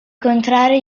contrario